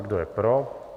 Kdo je pro?